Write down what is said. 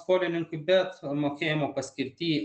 skolininkui bet mokėjimo paskirty